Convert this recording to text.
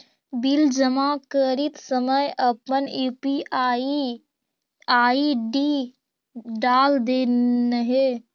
bill जमा करित समय अपन यू.पी.आई आई.डी डाल दिन्हें